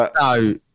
No